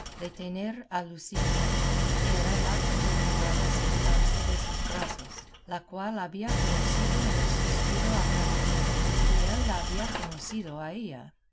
tener a luscinda que era la que procuraba soltarse de sus brazos la cual había conocido en el suspiro a cardenio y él la había conocido a